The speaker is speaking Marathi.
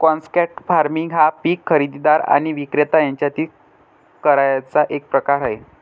कॉन्ट्रॅक्ट फार्मिंग हा पीक खरेदीदार आणि विक्रेता यांच्यातील कराराचा एक प्रकार आहे